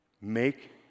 Make